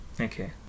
Okay